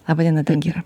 laba diena dangyra